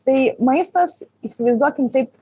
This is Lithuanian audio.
tai maistas įsivaizduokim taip